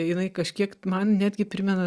jinai kažkiek man netgi primena